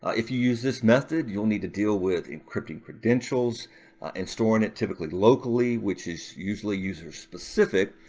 if you use this method, you'll need to deal with encrypting credentials and storing it typically locally, which is usually user specific.